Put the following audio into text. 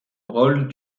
rôle